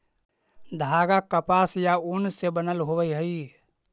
धागा कपास या ऊन से बनल होवऽ हई